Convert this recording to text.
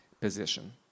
position